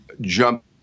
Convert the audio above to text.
jump